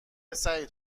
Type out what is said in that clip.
سعید